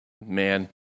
Man